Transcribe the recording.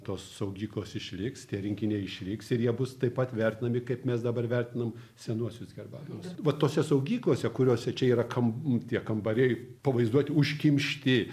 tos saugyklos išliks tie rinkiniai išliks ir jie bus taip pat vertinami kaip mes dabar vertinam senuosius herbariumus va tose saugyklose kuriose yra kam tie kambariai pavaizduoti užkimšti